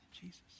Jesus